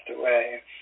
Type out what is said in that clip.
away